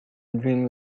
dream